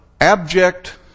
abject